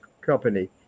company